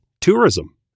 tourism